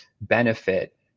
benefit